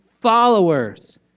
followers